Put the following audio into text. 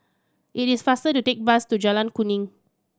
it is faster to take bus to Jalan Kuning